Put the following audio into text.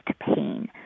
pain